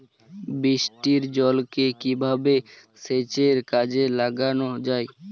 বৃষ্টির জলকে কিভাবে সেচের কাজে লাগানো যায়?